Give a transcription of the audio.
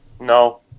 no